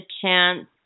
chance